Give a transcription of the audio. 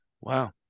Wow